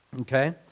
okay